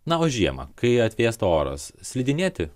na o žiemą kai atvėsta oras slidinėti